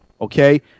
Okay